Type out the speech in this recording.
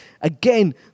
again